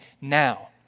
now